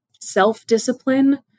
self-discipline